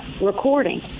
recording